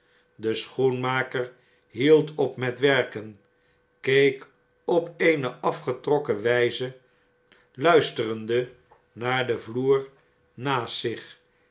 de schoenmaker hield op met werken keek op eene afgetrokken wn'ze luisterende naar den vloer naast zich